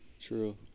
True